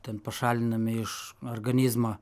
ten pašalinami iš organizmo